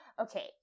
okay